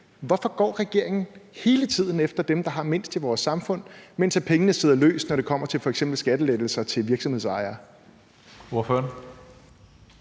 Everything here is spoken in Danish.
Hvorfor går regeringen hele tiden efter dem, der har mindst i vores samfund, mens pengene sidder løst, når det f.eks. kommer til skattelettelser til virksomhedsejere?